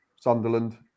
Sunderland